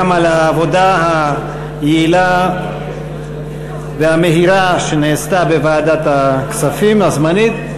גם על העבודה היעילה והמהירה שנעשתה בוועדת הכספים הזמנית.